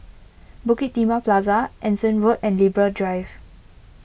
Bukit Timah Plaza Anson Road and Libra Drive